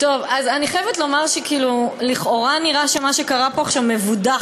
אני חייבת לומר שלכאורה נראה שמה שקרה פה עכשיו מבודח,